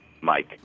Mike